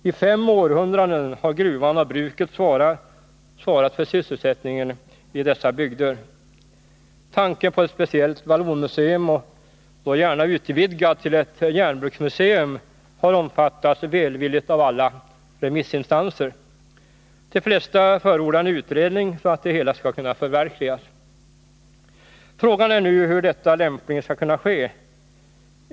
I fem århundraden har gruvan och bruket svarat för sysselsättningen i dessa bygder. Tanken på ett speciellt vallonmuseum — och då gärna utvidgat till ett järnbruksmuseum — har omfattats välvilligt av alla remissinstanser. De flesta förordar en utredning, så att det hela skall kunna förverkligas. Frågan är nu hur detta lämpligen skall kunna ske.